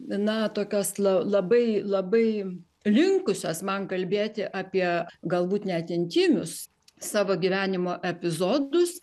na tokios la labai labai linkusios man kalbėti apie galbūt net intymius savo gyvenimo epizodus